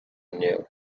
inniu